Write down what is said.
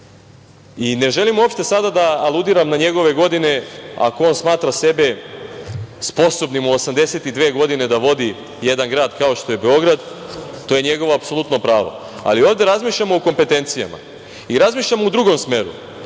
želim uopšte sada da aludiram na njegove godine. Ako on smatra sebe sposobnim u 82 godine da vodi jedan grad kao što je Beograd, to je njegovo apsolutno pravo, ali ovde razmišljamo o kompetencijama i razmišljamo u drugom smeru.